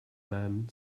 man